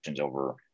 over